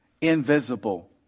invisible